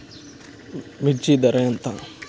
మిర్చి ధర ఎంత?